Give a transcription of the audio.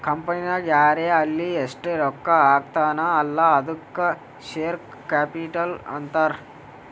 ಕಂಪನಿನಾಗ್ ಯಾರೇ ಆಲ್ಲಿ ಎಸ್ಟ್ ರೊಕ್ಕಾ ಹಾಕ್ತಾನ ಅಲ್ಲಾ ಅದ್ದುಕ ಶೇರ್ ಕ್ಯಾಪಿಟಲ್ ಅಂತಾರ್